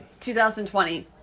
2020